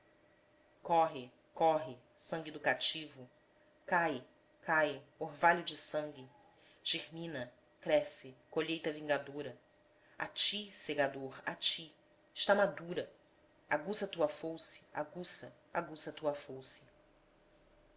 corre corre sangue do cativo cai cai orvalho de sangue germina cresce colheita vingadora a ti segador a ti está madura aguça tua fouce aguça aguça tua fouce